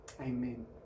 Amen